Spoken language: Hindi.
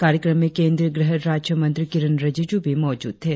कार्यक्रम में केंद्रीय गृह राज्य मंत्री किरेन रिजिज्ञ भी मौजूद थे